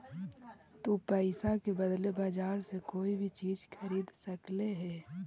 तु पईसा के बदले बजार से कोई भी चीज खरीद सकले हें